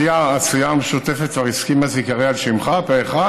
הסיעה המשותפת כבר הסכימה שזה ייקרא על שמך פה אחד,